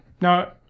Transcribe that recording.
Now